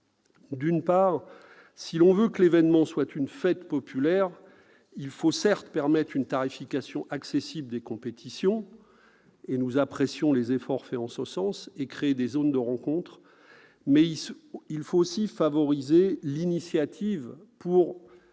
des JO. Si l'on veut que l'événement soit une fête populaire, il faut certes permettre une tarification accessible des compétitions- nous apprécions les efforts faits en ce sens -et créer des zones de rencontre, mais il aussi favoriser l'initiative des